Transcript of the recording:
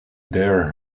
dare